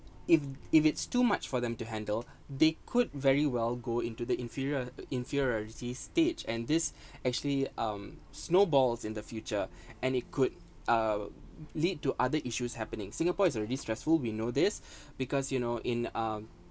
if if it's too much for them to handle they could very well go into the inferior inferiority stage and this actually um snowballs in the future and it could uh lead to other issues happening singapore is already stressful we know this because you know in um